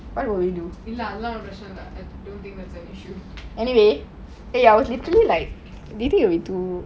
anyway you think will be too